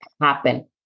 happen